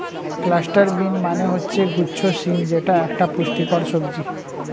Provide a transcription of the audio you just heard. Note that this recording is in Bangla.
ক্লাস্টার বিন মানে হচ্ছে গুচ্ছ শিম যেটা একটা পুষ্টিকর সবজি